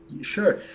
Sure